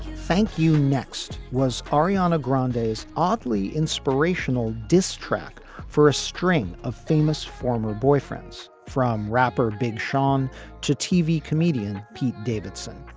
thank you. next was ariana grande days, oddly inspirational, distracting for a string of famous former boyfriends from rapper big sean to tv comedian pete davidson.